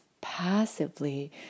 passively